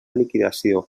liquidació